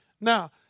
Now